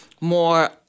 more